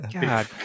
God